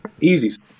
Easy